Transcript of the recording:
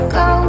go